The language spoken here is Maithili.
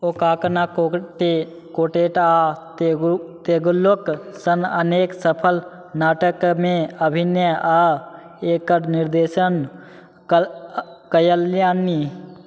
ओ काकना कोटे कोटेटा तेगू तेगू तुगलकसन अनेक सफल नाटकमे अभिनय आओर एकर निर्देशन कल कएलनि